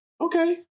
Okay